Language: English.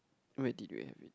where did you have it